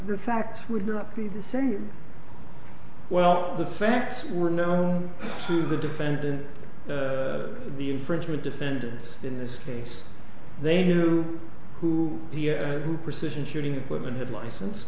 the facts would not be the same well the facts were known to the defendant the infringement defendants in this case they knew who who persist in shooting equipment had license